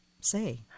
say